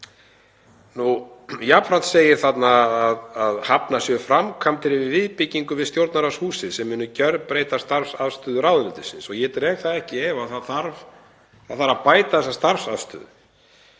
Jafnframt segir þarna að hafnar séu framkvæmdir við viðbyggingu við Stjórnarráðshúsið sem muni gjörbreyta starfsaðstöðu ráðuneytisins. Ég dreg það ekki í efa að það þurfi að bæta þessa starfsaðstöðu.